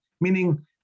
meaning